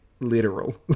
literal